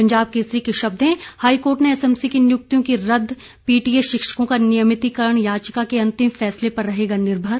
पंजाब केसरी के शब्द हैं हाईकोर्ट ने एसएमसी की नियुक्तियां की रद्द पीटीए शिक्षकों का नियमितीकरण याचिका के अंतिम फैसले पर रहेगा निर्भर